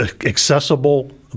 accessible